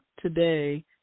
today